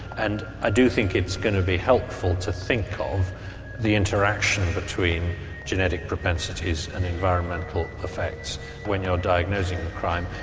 and i do think it's going to be helpful to think of the interaction between genetic propensities and environmental effects when you're diagnosing a crime.